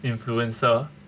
influencer